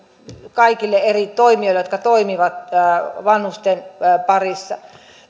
kaikille eri toimijoille jotka toimivat vanhusten parissa